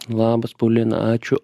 labas paulina ačiū